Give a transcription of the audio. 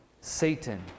Satan